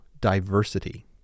diversity